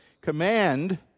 command